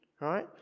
right